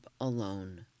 alone